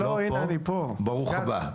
שמי עמית אבירם, ראש אגף פנים במל"ל.